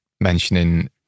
mentioning